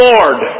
Lord